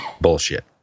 bullshit